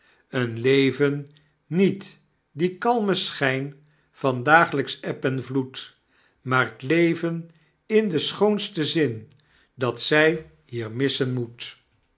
een leven niet dien kalmen schfln van daaglpsche eb en vloed maar t leven in den schoonsten zin dat zjj hier missen moet